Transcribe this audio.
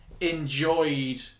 enjoyed